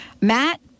Matt